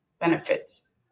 benefits